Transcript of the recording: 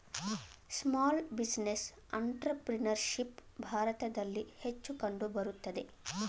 small business entrepreneurship ಭಾರತದಲ್ಲಿ ಹೆಚ್ಚು ಕಂಡುಬರುತ್ತದೆ